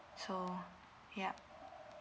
so yup